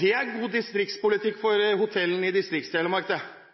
Det er god distriktspolitikk for hotellene i